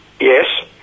Yes